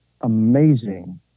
amazing